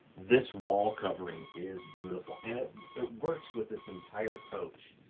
this wall covering is beautiful and it works with this entire coach.